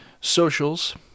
socials